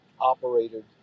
operated